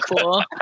cool